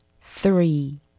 three